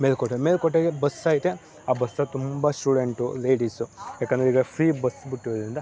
ಮೇಲುಕೋಟೆ ಮೇಲುಕೋಟೆಗೆ ಬಸ್ ಐತೆ ಆ ಬಸ್ಸಲ್ಲಿ ತುಂಬ ಸ್ಟೂಡೆಂಟು ಲೇಡಿಸ್ಸು ಯಾಕೆಂದ್ರೆ ಈಗ ಫ್ರೀ ಬಸ್ ಬಿಟ್ಟಿರೋದ್ರಿಂದ